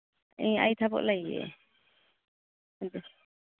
ꯑꯩ ꯑꯩ ꯊꯕꯛ ꯂꯩꯌꯦ ꯑꯗꯨ